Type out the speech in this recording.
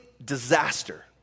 Disaster